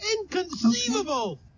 Inconceivable